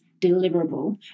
deliverable